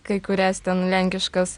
kai kurias ten lenkiškas